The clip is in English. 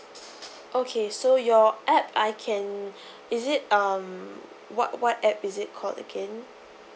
okay so your app I can is it um what what app is it called again